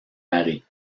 marie